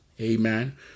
Amen